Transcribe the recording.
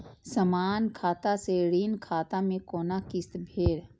समान खाता से ऋण खाता मैं कोना किस्त भैर?